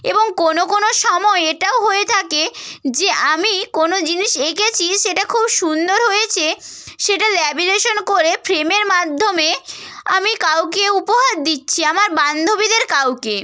এবং কোনো কোনো সময় এটাও হয়ে থাকে যে আমি কোনো জিনিস এঁকেছি সেটা খুব সুন্দর হয়েছে সেটা ল্যামিনেশান করে ফ্রেমের মাধ্যমে আমি কাউকে উপহার দিচ্ছি আমার বান্ধবীদের কাউকে